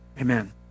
Amen